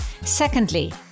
Secondly